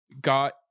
got